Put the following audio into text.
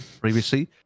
previously